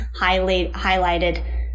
highlighted